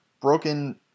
Broken